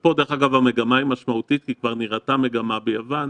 פה המגמה היא משמעותית כי נראתה כבר מגמה ביוון,